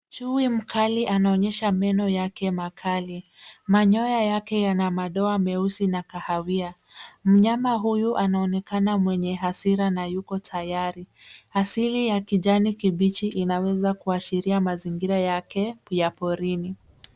Chui mkali anaonyesha meno yake makali. Manyoya yake yana madoa meusi na kahawia. Mnyama huyu anaonekana mwenye hasira na yuko tayari. Asili ya kijani kibichi inaweza kuashiria mazingira yake ya porini.